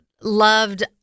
loved